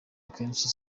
akenshi